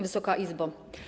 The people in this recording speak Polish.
Wysoka Izbo!